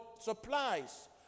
supplies